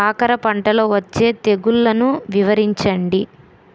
కాకర పంటలో వచ్చే తెగుళ్లను వివరించండి?